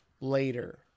later